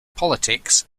politics